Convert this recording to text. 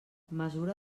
mesura